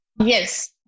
yes